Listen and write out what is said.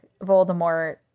Voldemort